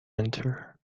enter